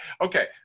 okay